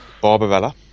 Barbarella